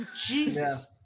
Jesus